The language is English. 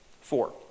Four